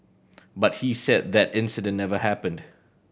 but he said that incident never happened